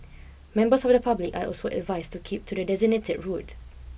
members of the public are also advised to keep to the designated route